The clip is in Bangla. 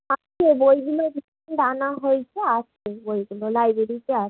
আছে বইগুলো রিসেন্ট আনা হয়েছে আছে বইগুলো লাইব্রেরিতে আছে